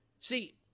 See